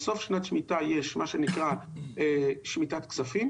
בסוף שנת שמיטה יש מה שנקרא שמיטת כספים.